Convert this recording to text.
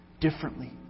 differently